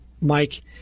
Mike